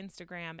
Instagram